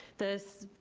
this,